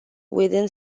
within